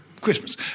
Christmas